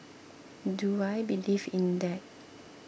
do I believe in that